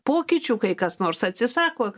pokyčių kai kas nors atsisako